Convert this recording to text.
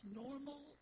normal